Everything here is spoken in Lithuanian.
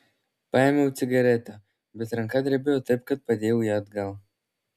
paėmiau cigaretę bet ranka drebėjo taip kad padėjau ją atgal